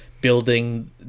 building